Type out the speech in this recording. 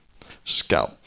scalp